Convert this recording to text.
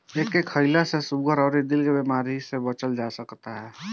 एके खईला से सुगर अउरी दिल के बेमारी से बचल जा सकता